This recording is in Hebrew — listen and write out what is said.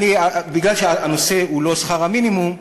מפני שהנושא הוא לא שכר המינימום,